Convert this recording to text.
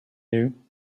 you